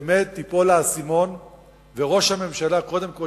באמת ייפול האסימון וראש הממשלה קודם כול